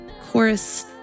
chorus